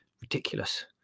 Ridiculous